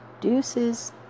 Deuces